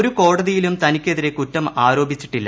ഒരു കോടതിയിലും തനിക്കെതിരെ കുറ്റം ആരോപിച്ചിട്ടില്ല